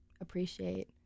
appreciate